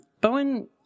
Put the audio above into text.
Bowen